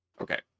okay